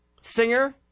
singer